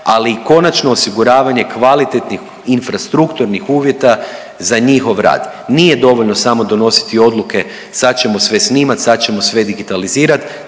ali i konačno osiguravanje kvalitetnih infrastrukturnih uvjeta za njihov rad, nije dovoljno samo donositi odluke sad ćemo sve snimat, sad ćemo sve digitalizirat,